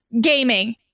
gaming